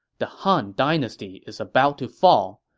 the han dynasty is about to fall.